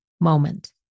moment